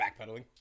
backpedaling